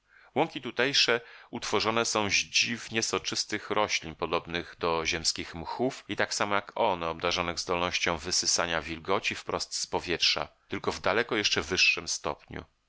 łąki tutejsze utworzone są z dziwnie soczystych roślin podobnych do ziemskich mchów i tak samo jak one obdarzonych zdolnością wysysania wilgoci wprost z powietrza tylko w daleko jeszcze wyższym stopniu